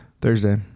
Thursday